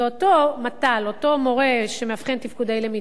ואותו מת"ל, אותו מורה, שמאבחן תפקודי למידה,